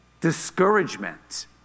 discouragement